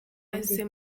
mwese